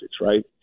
right